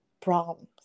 problems